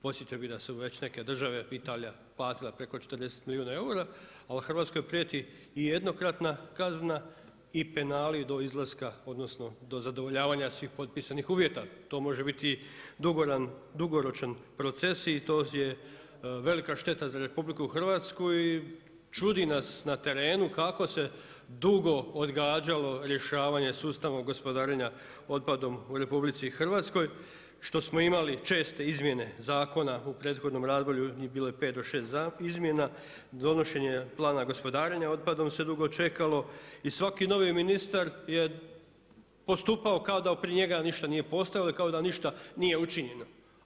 Podsjetio bi da su već neke države, Italija, platila preko 40 milijuna eura, a Hrvatskoj prijeti i jednokratna kazna i penali do izlaska odnosno do zadovoljavanja svih potpisanih uvjeta, to može biti dugoročan proces i to je velika šteta za RH i čudi nas na terenu kako se dugo odgađalo sustavom gospodarenja otpadom u RH što smo imali česte izmjene zakona u prethodnom razdoblju, bilo je 5 do 6 izmjena, donošenje Plana gospodarenja otpadom se dugo čekalo i svaki novi ministar je postupao kao da prije njega ništa nije postojalo i kao da ništa učinjeno.